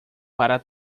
para